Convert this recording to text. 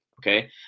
okay